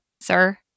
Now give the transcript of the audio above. sir